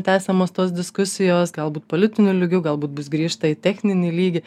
tęsiamos tos diskusijos galbūt politiniu lygiu galbūt bus grįžta į techninį lygį